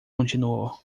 continuou